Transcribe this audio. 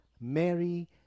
Mary